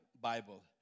Bible